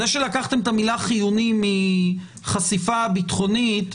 זה שלקחתם את המילה "חיוני" מחשיפה ביטחונית,